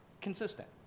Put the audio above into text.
consistent